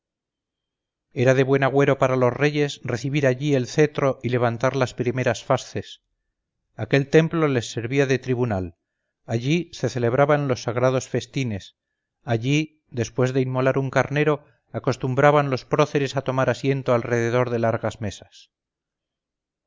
era de buen agüero para los reyes recibir allí el cetro y levantar las primeras fasces aquel templo les servía de tribunal allí se celebraban los sagrados festines allí después de inmolar un carnero acostumbraban los próceres a tomar asiento alrededor de largas mesas